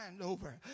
over